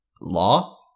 law